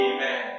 Amen